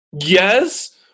Yes